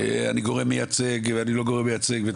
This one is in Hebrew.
אני גורם מייצג, אני לא גורם מייצג.